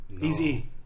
Easy